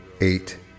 eight